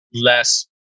less